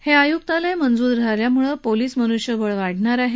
police आयुक्तालय मंजूर झाल्यामुळे पोलीस मनुष्यबळ वाढणार आहे